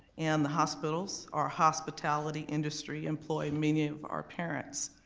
and the hospitals, our hospitality industry employ many of our parents